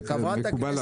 מקובל עלי.